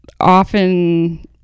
often